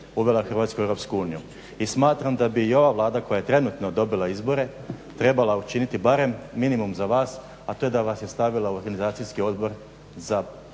uvela Hrvatsku u EU. I smatram da bi i ova Vlada koja je trenutno dobila izbore trebala učiniti barem minimum za vas, a to da vas je stavila u organizacijski odbor za